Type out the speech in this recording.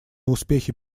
успехи